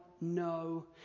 No